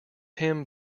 him